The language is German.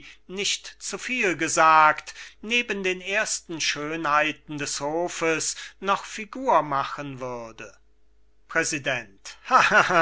nicht zu viel gesagt neben den ersten schönheiten des hofes noch figur machen würde präsident